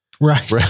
Right